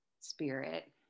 spirit